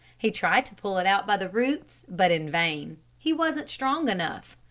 he tried to pull it out by the roots, but in vain. he wasn't strong enough.